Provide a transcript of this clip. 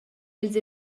ils